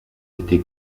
été